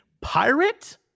pirate